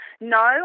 No